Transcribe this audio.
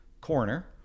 corner